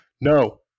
No